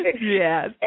Yes